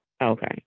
Okay